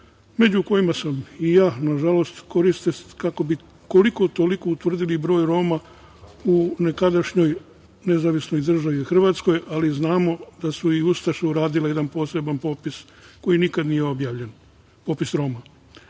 među kojima sam i ja, nažalost koriste kako bi koliko-toliko utvrdili broj Roma u nekadašnjoj državi Hrvatskoj, ali znamo da su i Ustaše uradile jedan poseban popis koji nikada nije objavljen, popis